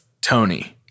Tony